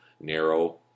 narrow